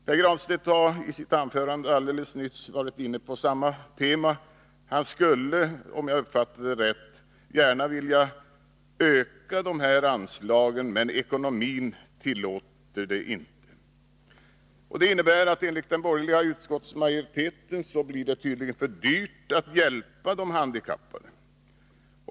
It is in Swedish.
Pär Granstedt har i sitt anförande nyss varit inne på samma tema. Han skulle, om jag uppfattade det rätt, gärna vilja öka de här anslagen, men ekonomin tillåter det inte. Detta innebär att det enligt den borgerliga utskottsmajoriteten tydligen blir för dyrt att hjälpa de handikappade.